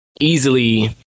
easily